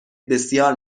بسیار